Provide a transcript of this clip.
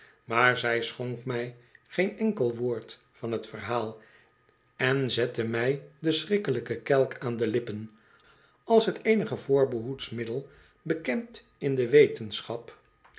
maar zij schonk mij geen enkel woord van t verhaal en zette mg den schrikkelijken kelk aan do lippen als t eenige voorbehoedmiddel bekend in de wetenschap